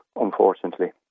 unfortunately